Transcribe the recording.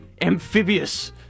amphibious